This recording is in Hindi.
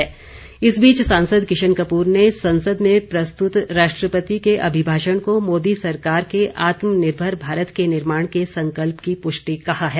किशन कपूर सांसद किशन कपूर ने संसद में प्रस्तुत राष्ट्रपति के अभिभाषण को मोदी सरकार के आत्मनिर्भर भारत के निर्माण के संकल्प की पुष्टि कहा है